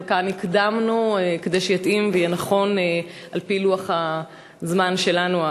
אבל כאן הקדמנו כדי שיתאים ויהיה נכון על-פי לוח הזמן שלנו,